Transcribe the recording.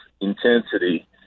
intensity